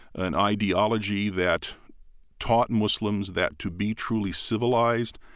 an ideology that taught muslims that to be truly civilized,